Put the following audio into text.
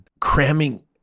cramming